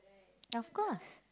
of course